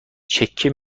چکه